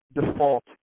default